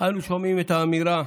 אנו שומעים את האמירה: